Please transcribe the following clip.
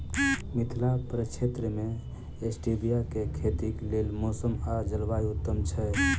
मिथिला प्रक्षेत्र मे स्टीबिया केँ खेतीक लेल मौसम आ जलवायु उत्तम छै?